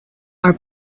are